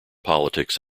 politics